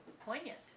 poignant